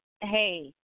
Hey